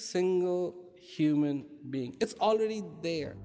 single human being it's already there